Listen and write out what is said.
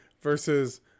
versus